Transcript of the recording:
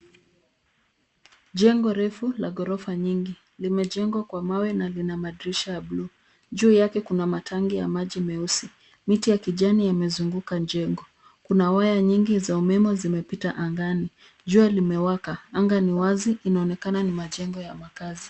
Jengo refu la gorofa nyingi limejengwa kwa mawe na lina madirisha ya bluu, juu yake kuna matangi ya maji meusi, miti ya kijani yamezunguka jengo. Kun waya nyingi ya umeme zimepita angani, jua limewaka anga ni wazi inaonekana ni jengo la makazi.